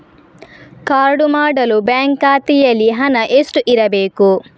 Card ಮಾಡಲು bank ಖಾತೆಯಲ್ಲಿ ಹಣ ಎಷ್ಟು ಇರಬೇಕು?